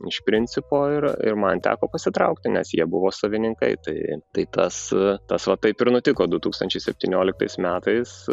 iš principo yra ir man teko pasitraukti nes jie buvo savininkai tai tai tas tas va taip ir nutiko du tūkstančiai septynioliktais metais